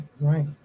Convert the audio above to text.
right